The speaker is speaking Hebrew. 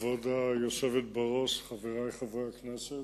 כבוד היושבת בראש, חברי חברי הכנסת,